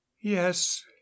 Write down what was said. yes